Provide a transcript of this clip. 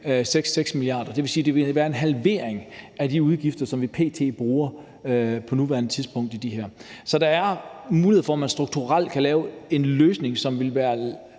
6,6 mia. kr. Det vil sige, at det vil være en halvering af de udgifter, som vi på nuværende tidspunkt har på det her område. Så der er muligheder for, at man strukturelt kan lave en løsning, som vil være